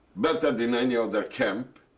better than any other camp,